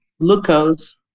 glucose